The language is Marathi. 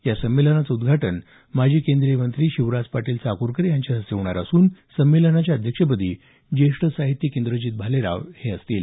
या संमेलनाचं उद्घाटन माजी केंद्रीय मंत्री शिवराज पाटील चाक्रकर यांच्या हस्ते होणार असून संमेलनाच्या अध्यक्षपदी ज्येष्ठ साहित्यिक इंद्रजीत भालेराव हे आहेत